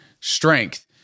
strength